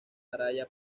araya